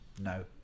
no